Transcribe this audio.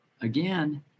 again